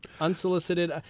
Unsolicited